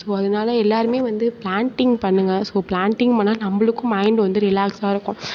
so அதனால் எல்லாரும் வந்து பிளான்ட்டிங் பண்ணுங்கள் ஸோ பிளான்ட்டிங் பண்ணிணா நம்மளுக்கும் மைண்டு வந்து ரிலாக்ஸாக இருக்கும்